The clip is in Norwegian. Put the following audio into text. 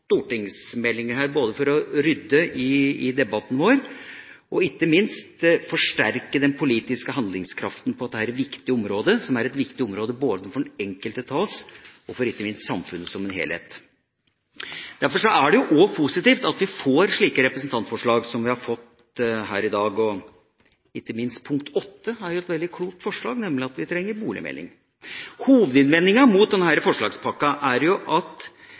både for å rydde i debatten vår og ikke minst for å forsterke den politiske handlingskraften på dette viktige området, som er et viktig område for den enkelte av oss og ikke minst for samfunnet som helhet. Derfor er det også positivt at vi får slike representantforslag som vi har fått her i dag. Ikke minst forslag nr. 8 er et veldig klokt forslag, nemlig at vi trenger en boligmelding. Hovedinnvendinga mot denne forslagspakka er på mange måter det den ikke tar opp, at